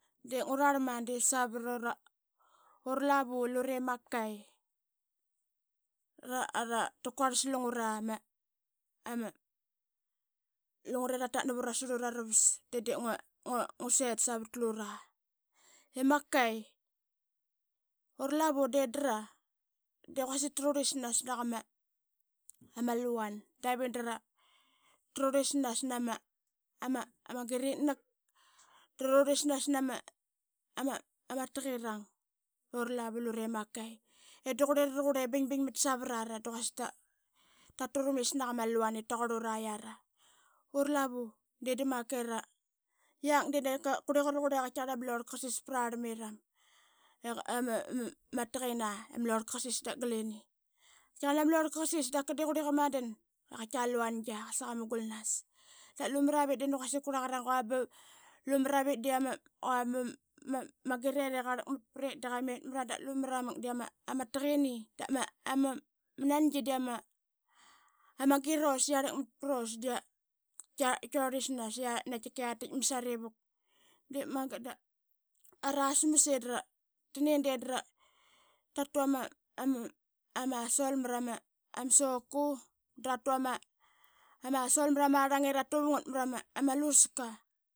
Dep ngurama de salvat ura lavu lure lavu luree makai, takuarl slungura i ratat navarora slrura ravas de depnguset savat lura. I makai ura lavu dedra de quasik trurisnas naqama luan davedra ruris nas nama giritnak trurisnas nama, taqirang ura lava luree makai eduqurere ruguree bingningmat savarar daquasik taturamist naqama laun ip taquar uriara. Ura lavu ded, Makai ra i yak deqatiqat dep quereqa ruqura i ama iorlka qasis praramiram iga i yama taqanini i yama lorlka qasis dap gulini qaitaqar nani ama lorka qasis dap qa. Dap lumaravit de nani quasik kuraqar i quaba lamaravit de ama taqini dap ma nangi de ama giros i ya rlakmat pros de yorisnas i naqatika yatit masarivuk. Dep mangat dra tuama salt maramarang i ratuvamngat marama luska